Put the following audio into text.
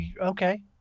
okay